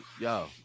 Yo